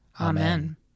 Amen